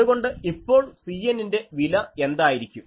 അതുകൊണ്ട് ഇപ്പോൾ Cn ന്റെ വില എന്തായിരിക്കും